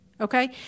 Okay